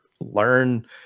Learn